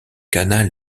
canal